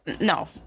no